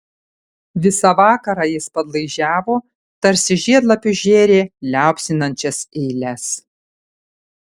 visą vakarą jis padlaižiavo tarsi žiedlapius žėrė liaupsinančias eiles